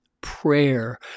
prayer